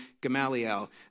Gamaliel